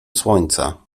słońca